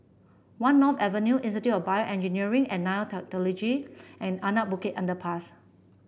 One North Avenue Institute of BioEngineering and and Anak Bukit Underpass